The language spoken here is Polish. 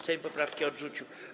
Sejm poprawki odrzucił.